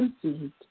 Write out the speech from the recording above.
conceived